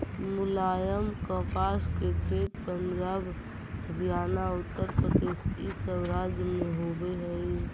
मुलायम कपास के खेत पंजाब, हरियाणा, उत्तरप्रदेश इ सब राज्य में होवे हई